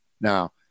Now